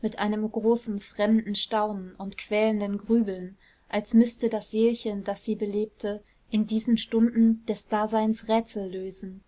mit einem großen fremden staunen und quälenden grübeln als müßte das seelchen das sie belebte in diesen stunden des daseins rätsel lösen